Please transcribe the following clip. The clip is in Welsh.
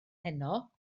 heno